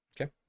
Okay